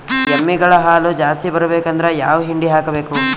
ಎಮ್ಮಿ ಗಳ ಹಾಲು ಜಾಸ್ತಿ ಬರಬೇಕಂದ್ರ ಯಾವ ಹಿಂಡಿ ಹಾಕಬೇಕು?